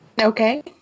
Okay